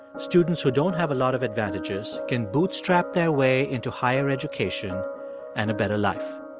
students who don't have a lot of advantages can bootstrap their way into higher education and a better life.